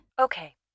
Okay